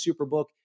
Superbook